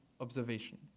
observation